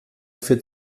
für